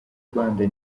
rwanda